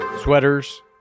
Sweaters